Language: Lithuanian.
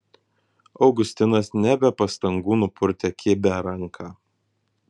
augustinas ne be pastangų nupurtė kibią ranką